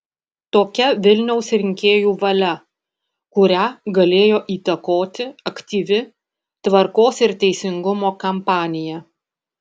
tokia vilniaus rinkėjų valia kurią galėjo įtakoti aktyvi tvarkos ir teisingumo kampanija